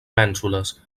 mènsules